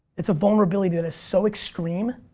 it's a vulnerability that is so extreme,